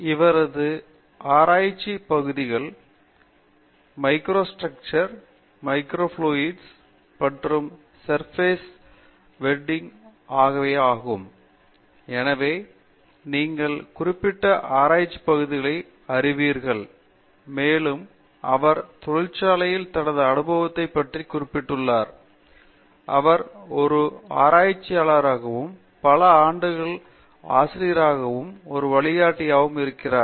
இவரது ஆராய்ச்சி பகுதிகள் மைக்ரோஸ்ட்ரக்சர் பரிணாமம் மைக்ரோஃப்ளுடிக்ஸ் மற்றும் சரபேஸ் வெட்டிங் எனவே நீங்கள் குறிப்பிட்ட ஆராய்ச்சி பகுதிகளை அறிவீர்கள் மேலும் அவர் தொழிற்துறையில் தனது அனுபவத்தைப் பற்றி குறிப்பிட்டுள்ளார் அவர் ஒரு ஆராய்ச்சியாளராகவும் பல ஆண்டுகளாக ஆசிரியராகவும் ஒரு வழிகாட்டியாகவும் இருக்கிறார்